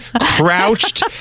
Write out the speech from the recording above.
crouched